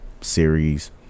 Series